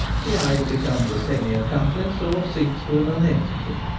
he either becomes a semi accomplice or sinks to a nonentity.